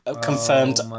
Confirmed